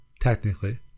technically